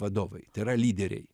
vadovai tai yra lyderiai